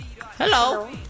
Hello